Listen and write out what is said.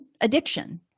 addiction